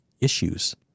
issues